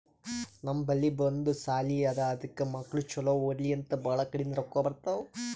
ನಮ್ ಬಲ್ಲಿ ಒಂದ್ ಸಾಲಿ ಅದಾ ಅದಕ್ ಮಕ್ಕುಳ್ ಛಲೋ ಓದ್ಲಿ ಅಂತ್ ಭಾಳ ಕಡಿಂದ್ ರೊಕ್ಕಾ ಬರ್ತಾವ್